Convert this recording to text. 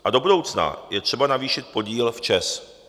A do budoucna je třeba navýšit podíl v ČEZ.